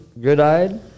good-eyed